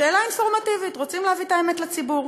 שאלה אינפורמטיבית, רוצים להביא את האמת לציבור.